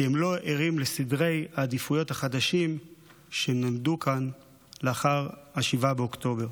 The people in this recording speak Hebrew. כי הם לא ערים לסדרי העדיפויות החדשים שנולדו כאן לאחר 7 באוקטובר.